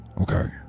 Okay